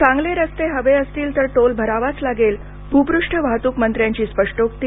चांगले रस्ते हवे असतील तर टोल भरावाच लागेलभुपष्ठ वाहतुक मंत्र्यांची स्पष्टोक्ती